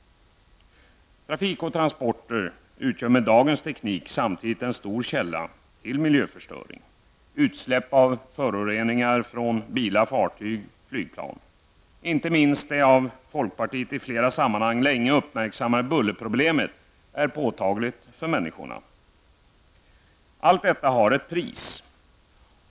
Trafik och transporter utgör med dagens teknik en stor källa till miljöförstöring i form av utsläpp av föroreningar från bilar, fartyg och flygplan. Inte minst det av folkpartiet i flera sammanhang länge uppmärksammade bullerproblemet är påtagligt för människorna. Allt detta har ett pris.